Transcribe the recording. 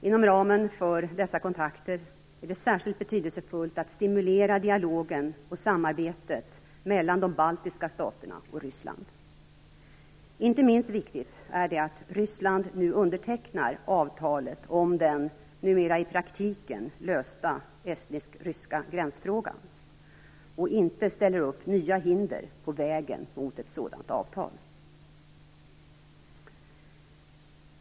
Inom ramen för dessa kontakter är det särskilt betydelsefullt att stimulera dialogen och samarbetet mellan de baltiska staterna och Ryssland. Inte minst viktigt är det att Ryssland nu undertecknar avtalet om den numera i praktiken lösta estnisk-ryska gränsfrågan, och inte ställer upp nya hinder på vägen mot ett sådant avtal.